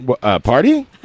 Party